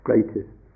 greatest